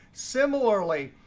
similarly,